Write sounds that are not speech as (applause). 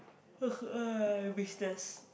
(noise) business